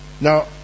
Now